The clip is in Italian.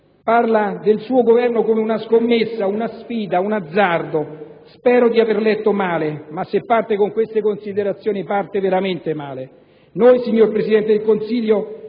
- del suo Governo come di una scommessa, una sfida, un azzardo. Spero di aver letto male ma, se parte con queste considerazioni, parte veramente male. Noi, signor Presidente del Consiglio,